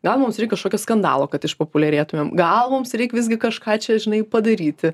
gal mums reik kažkokio skandalo kad išpopuliarėtumėm gal mums reik visgi kažką čia žinai padaryti